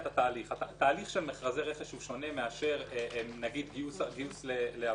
התהליך של מכרזי רכש שונה מאשר גיוס לעבודה.